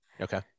Okay